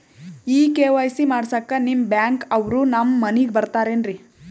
ಈ ಕೆ.ವೈ.ಸಿ ಮಾಡಸಕ್ಕ ನಿಮ ಬ್ಯಾಂಕ ಅವ್ರು ನಮ್ ಮನಿಗ ಬರತಾರೆನ್ರಿ?